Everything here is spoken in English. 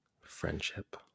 friendship